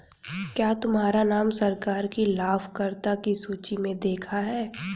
क्या तुम्हारा नाम सरकार की लाभकर्ता की सूचि में देखा है